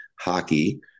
hockey